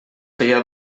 feia